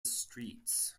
streets